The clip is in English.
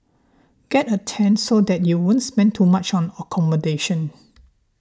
get a tent so that you won't spend too much on accommodations